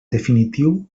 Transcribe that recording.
definitiu